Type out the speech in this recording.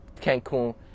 Cancun